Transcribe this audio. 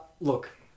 look